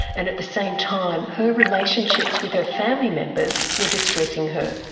and at the same time her relationships with her family members were distressing her.